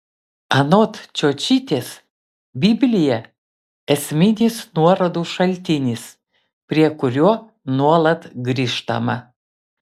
anot čiočytės biblija esminis nuorodų šaltinis prie kurio nuolat grįžtama